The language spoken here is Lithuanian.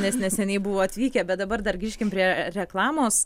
nes neseniai buvo atvykę bet dabar dar grįžkim prie reklamos